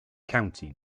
county